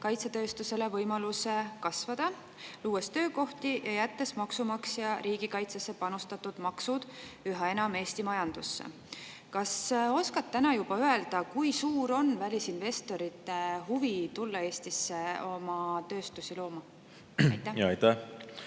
kaitsetööstusele võimaluse kasvada, luues töökohti ja jättes maksumaksja riigikaitsesse panustatud maksud üha enam Eesti majandusse. Kas sa oskad juba täna öelda, kui suur on välisinvestorite huvi tulla Eestisse oma tööstust looma? Aitäh,